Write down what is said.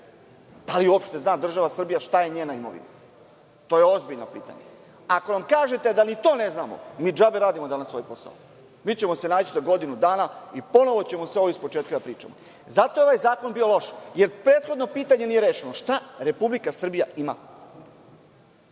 Da li uopšte država Srbija zna šta je njena imovina? To je ozbiljno pitanje. Ako nam kažete da ni to ne znamo, mi džabe danas radimo ovaj posao. Mi ćemo se naći za godinu dana i ponovo ćemo sve ovo ispočetka da pričamo. Zato je ovaj zakon bio loš, jer prethodno pitanje nije rešeno - šta Republika Srbija